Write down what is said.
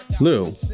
lou